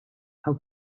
how